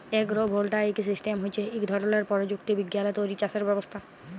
agro voltaic system হছে ইক ধরলের পরযুক্তি বিজ্ঞালে তৈরি চাষের ব্যবস্থা